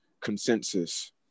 consensus